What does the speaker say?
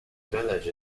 village